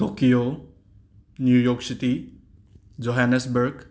Tokyo New York City Johannesburg